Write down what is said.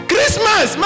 Christmas